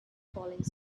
falling